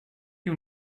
you